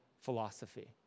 philosophy